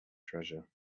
treasure